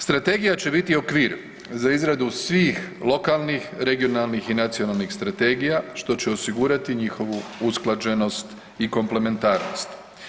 Strategija će biti okvir za izradu svih lokalnih, regionalnih i nacionalnih strategija, što će osigurati njihovu usklađenost i komplementarnost.